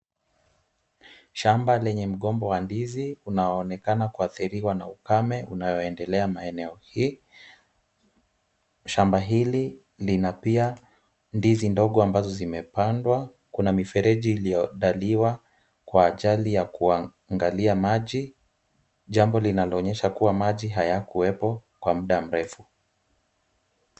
Shamba lenye mgomba wa ndizi unaonekana kuathiriwa na ukame unaoendelea maeneo haya. Shamba hili lina pia ndizi ndogo ambazo zimepandwa. Kuna mifereji iliyodhaliwa kwa ajili ya kuangalia maji. Jambo linaloonyesha kuwa maji hayakuwepo kwa muda mrefu.